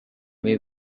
way